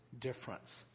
difference